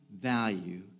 value